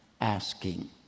asking